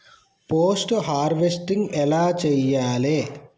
Post harvesting ఎలా చెయ్యాలే?